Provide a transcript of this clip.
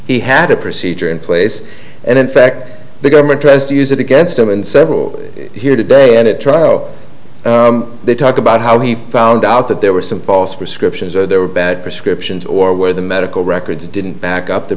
he had a procedure in place and in fact the government tries to use it against him and several here today in a trial they talk about how he found out that there were some false prescriptions or there were bad prescriptions or where the medical records didn't back up the